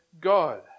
God